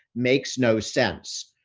makes no sense.